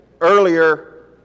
earlier